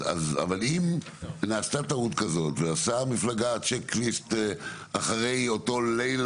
אבל אם נעשתה טעות כזאת ועושה מפלגה צ'ק ליסט אחרי אותו ליל